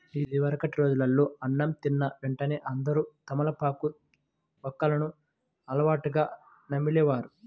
ఇదివరకటి రోజుల్లో అన్నం తిన్న వెంటనే అందరూ తమలపాకు, వక్కలను అలవాటుగా నమిలే వారు